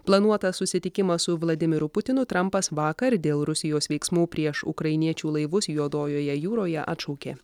planuotą susitikimą su vladimiru putinu trampas vakar dėl rusijos veiksmų prieš ukrainiečių laivus juodojoje jūroje atšaukė